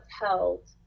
held